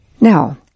Now